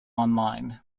online